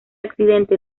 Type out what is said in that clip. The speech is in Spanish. accidente